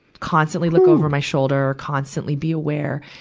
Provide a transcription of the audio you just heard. constantly look over my shoulder, constantly be aware.